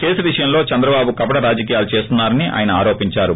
case విషయంలో చంద్రబాబు కపట రాజకీయాలు చేస్తున్నారని ఆయన ఆరోపించారు